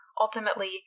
ultimately